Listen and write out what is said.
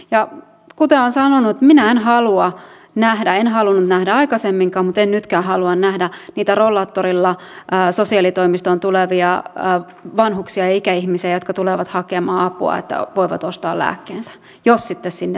ja kuten olen sanonut minä en halua nähdä en halunnut nähdä aikaisemminkaan mutta en nytkään halua nähdä niitä rollaattorilla sosiaalitoimistoon tulevia vanhuksia ja ikäihmisiä jotka tulevat hakemaan apua että voivat ostaa lääkkeensä jos sitten sinne löytävät